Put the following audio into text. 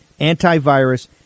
antivirus